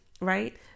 Right